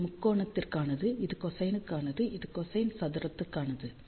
இது முக்கோணத்திற்கானது இது கொசைனுக்கானது இது கொசைன் சதுரத்திற்கானது